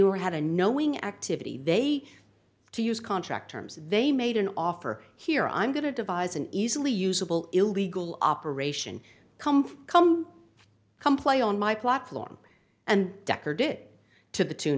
were had a knowing activity they do use contract terms they made an offer here i'm going to devise an easily usable illegal operation come come come play on my platform and decker did it to the tune